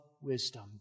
wisdom